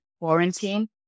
quarantine